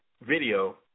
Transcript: video